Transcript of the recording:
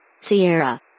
Sierra